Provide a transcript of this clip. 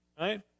Right